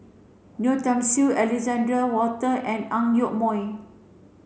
Yeo Tiam Siew Alexander Wolter and Ang Yoke Mooi